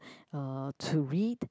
uh to read